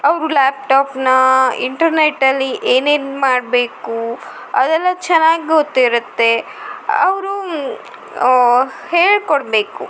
ಅವರು ಲ್ಯಾಪ್ಟಾಪನ್ನ ಇಂಟರ್ನೆಟಲ್ಲಿ ಏನೇನು ಮಾಡಬೇಕು ಅದೆಲ್ಲ ಚೆನ್ನಾಗಿ ಗೊತ್ತಿರುತ್ತೆ ಅವರು ಹೇಳಿಕೊಡ್ಬೇಕು